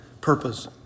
purpose